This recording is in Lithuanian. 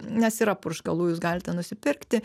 nes yra purškalų jūs galite nusipirkti